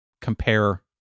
compare